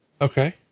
Okay